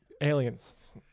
aliens